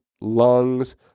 lungs